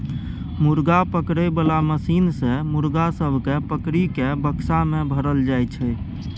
मुर्गा पकड़े बाला मशीन सँ मुर्गा सब केँ पकड़ि केँ बक्सा मे भरल जाई छै